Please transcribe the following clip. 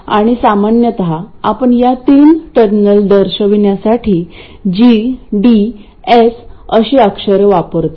आणि सामान्यत आपण या तीन टर्मिनल दर्शविण्यासाठी G D S अशी अक्षरे वापरतो